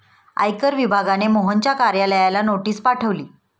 आयकर विभागाने मोहनच्या कार्यालयाला नोटीस पाठवली